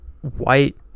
white